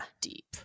deep